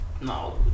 No